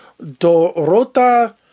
Dorota